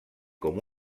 com